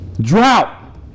Drought